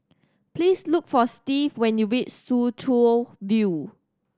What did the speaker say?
please look for Steve when you reach Soo Chow View